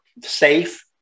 safe